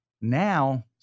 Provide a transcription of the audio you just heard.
Now